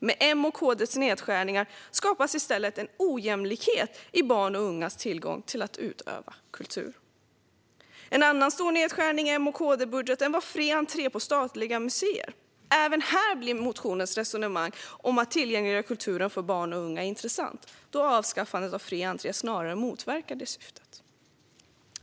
Med M:s och KD:s nedskärningar skapas i stället en ojämlikhet i barns och ungas möjlighet att utöva kultur. En annan stor nedskärning i M och KD-budgeten gällde fri entré på statliga museer. Även här blir motionens resonemang om att tillgängliggöra kulturen för barn och unga intressant, då avskaffandet av fri entré snarare motverkar det syftet.